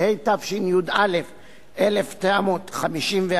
התשי"א 1951,